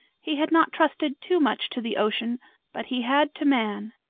he had not trusted too much to the ocean but he had to man.